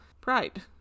pride